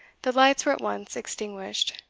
the lights were at once extinguished.